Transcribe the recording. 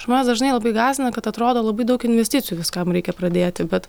žmonės dažnai labai gąsdina kad atrodo labai daug investicijų viskam reikia pradėti bet